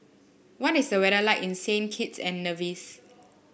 what is the weather like in Saint Kitts and Nevis